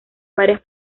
varias